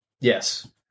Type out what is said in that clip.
Yes